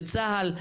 בצה"ל,